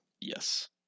Yes